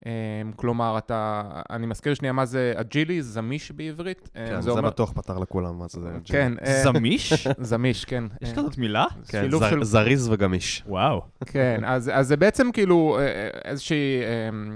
כלומר, אני מזכיר שנייה, מה זה אג'ילי? זמיש בעברית? כן, זה בטוח פתר לכולם מה זה אג'ילי. כן. זמיש? זמיש, כן. יש כזאת מילה? שילוב של זריז וגמיש. וואו. כן, אז זה בעצם כאילו איזושהי...